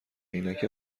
عینک